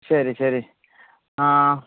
ശരി ശരി ആ